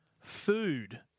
food